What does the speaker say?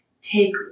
take